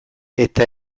eta